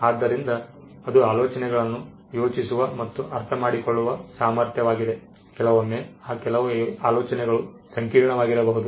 ಆದ್ದರಿಂದ ಅದು ಆಲೋಚನೆಗಳನ್ನು ಯೋಚಿಸುವ ಮತ್ತು ಅರ್ಥಮಾಡಿಕೊಳ್ಳುವ ಸಾಮರ್ಥ್ಯವಾಗಿದೆ ಕೆಲವೊಮ್ಮೆ ಆ ಕೆಲವು ಆಲೋಚನೆಗಳು ಸಂಕೀರ್ಣವಾಗಿರಬಹುದು